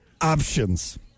Options